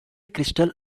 crystal